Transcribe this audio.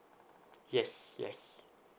yes yes